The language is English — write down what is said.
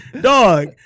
dog